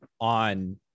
on